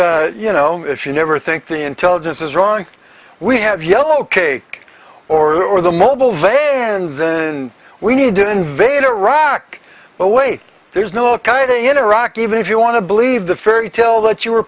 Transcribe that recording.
bush you know if you never think the intelligence is wrong we have yellowcake or the mobile vans and we need to invade iraq but wait there's no coyote in iraq even if you want to believe the fairy tale that you were